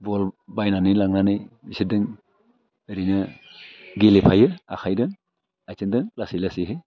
बल बायनानै लांनानै बिसोरजों ओरैनो गेलेफायो आखाइजों आथिंजों लासै लासैहै